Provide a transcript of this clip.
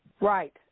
right